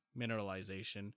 mineralization